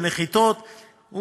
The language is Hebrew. הוא עשה 100,000 טיסות ונחיתות,